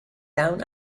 down